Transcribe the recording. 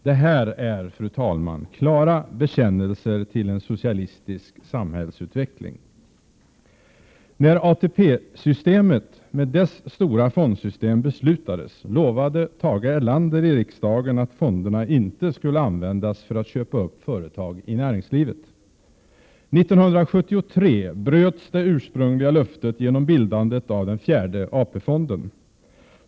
Det är klara bekännelser till en socialistisk samhällsutveckling. När ATP-systemet med dess stora fondsystem beslutades, lovade Tage Erlander i riksdagen att fonderna inte skulle användas för att köpa upp företag i näringslivet. 1973 bröts det ursprungliga löftet genom bildandet av den fjärde AP-fonden.